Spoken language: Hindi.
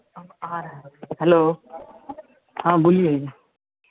अब आ रहा है हेलो हाँ बोलिए